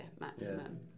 maximum